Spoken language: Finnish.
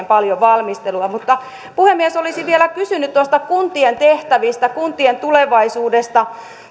paljon valmistelua mutta puhemies olisin vielä kysynyt kuntien tehtävistä kuntien tulevaisuudesta